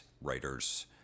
writers